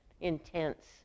intense